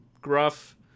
gruff